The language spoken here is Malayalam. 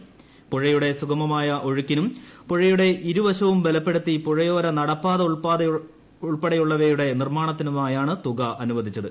പൂഴ്യുടെ സുഗമമായ ഒഴുക്കിനും പുഴയുടെ ഇരുവശവും ബലപ്പെടുത്തി പ്പുഴയോര നടപ്പാത ഉൾപ്പെടെയുള്ളവയുടെ നിർമ്മാണത്തിനുമായാണ് തുക അനുവദിച്ചത്